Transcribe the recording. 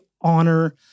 honor